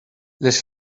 les